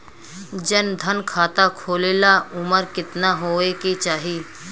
जन धन खाता खोले ला उमर केतना होए के चाही?